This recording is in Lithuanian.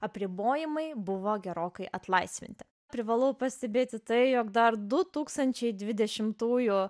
apribojimai buvo gerokai atlaisvinti privalau pastebėti tai jog dar du tūkstančiai dvidešimtųjų